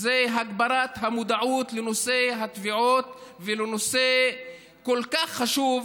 הגברת המודעות לנושא הטביעות ולנושא כל כך חשוב